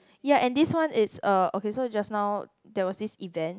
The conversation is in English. ya and this one it's a okay so just now there was this event